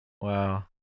Wow